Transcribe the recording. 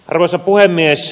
arvoisa puhemies